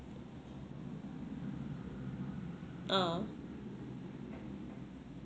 ah